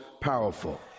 powerful